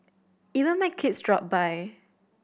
even my kids dropped by